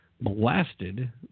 blasted